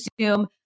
assume